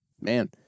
Man